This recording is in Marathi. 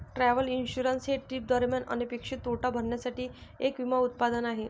ट्रॅव्हल इन्शुरन्स हे ट्रिप दरम्यान अनपेक्षित तोटा भरण्यासाठी एक विमा उत्पादन आहे